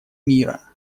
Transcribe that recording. мира